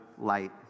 light